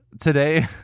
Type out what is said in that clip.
today